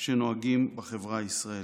שנוהגים בחברה הישראלית.